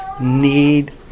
need